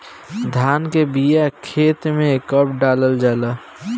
धान के बिया खेत में कब डालल जाला?